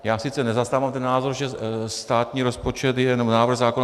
Já sice nezastávám ten názor, že státní rozpočet je jenom návrh zákona.